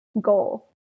goal